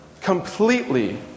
completely